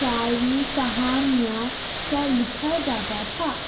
شاعری کہانیاں سب لکھا جاتا تھا